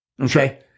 Okay